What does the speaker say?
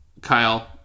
Kyle